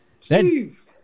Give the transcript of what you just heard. Steve